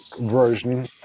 version